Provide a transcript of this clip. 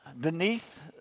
beneath